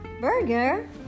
Burger